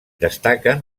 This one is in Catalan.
destaquen